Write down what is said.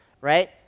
right